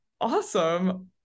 awesome